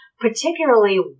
Particularly